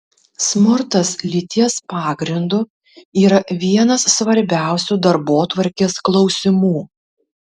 smurtas lyties pagrindu yra vienas svarbiausių darbotvarkės klausimų